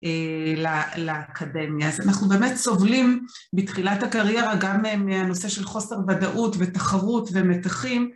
לאקדמיה, אז אנחנו באמת סובלים בתחילת הקריירה גם מהנושא של חוסר ודאות ותחרות ומתחים.